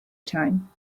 time